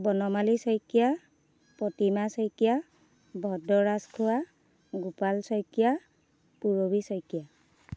Banamali Saikia Pratima Saikia Bhadra Rajkhowa Gopal Saikia Purabi Saikia